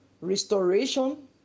restoration